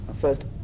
first